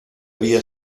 havia